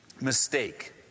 mistake